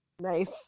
Nice